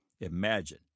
Imagine